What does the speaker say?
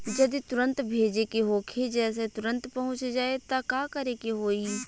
जदि तुरन्त भेजे के होखे जैसे तुरंत पहुँच जाए त का करे के होई?